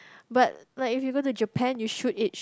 but like if you go to Japan you should eat